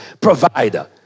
provider